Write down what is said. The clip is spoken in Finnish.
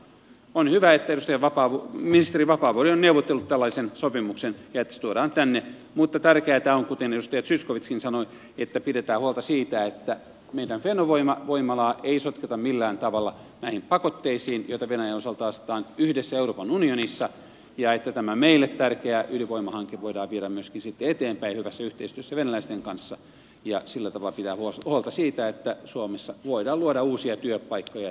on hyvä että ministeri vapaavuori on neuvotellut tällaisen sopimuksen ja että se tuodaan tänne mutta tärkeätä on kuten edustaja zyskowiczkin sanoi että pidetään huolta siitä että meidän fennovoima voimalaa ei sotketa millään tavalla näihin pakotteisiin joita venäjän osalta asetetaan yhdessä euroopan unionissa ja että tämä meille tärkeä ydinvoimahanke voidaan myöskin viedä eteenpäin hyvässä yhteistyössä venäläisten kanssa ja sillä tavalla pitää huolta siitä että suomessa voidaan luoda uusia työpaikkoja ja työllisyyttä